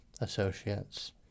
associates